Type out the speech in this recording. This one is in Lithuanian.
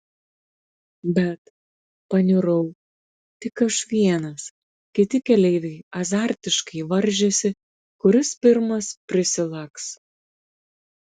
bet paniurau tik aš vienas kiti keleiviai azartiškai varžėsi kuris pirmas prisilaks